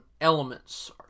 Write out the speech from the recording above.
elements